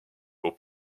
pour